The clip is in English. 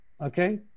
okay